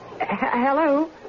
Hello